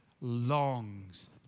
longs